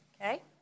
Okay